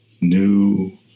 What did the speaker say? new